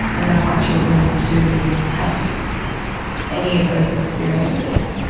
allow my children to have any of those experiences.